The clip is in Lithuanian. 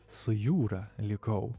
su jūra likau